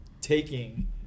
taking